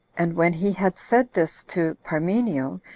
and when he had said this to parmenio,